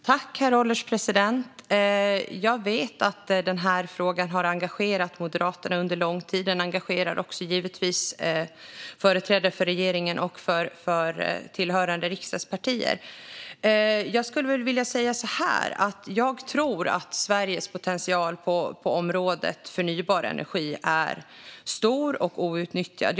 Herr ålderspresident! Jag vet att den här frågan har engagerat Moderaterna under lång tid. Den engagerar givetvis också företrädare för regeringen och tillhörande riksdagspartier. Jag tror att Sveriges potential på området förnybar energi är stor och outnyttjad.